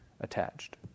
attached